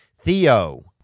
Theo